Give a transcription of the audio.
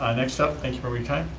ah next up, thank you for your time.